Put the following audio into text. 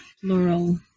plural